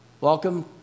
Welcome